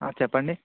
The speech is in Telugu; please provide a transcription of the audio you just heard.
చెప్పండి